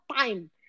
time